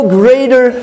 greater